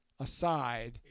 aside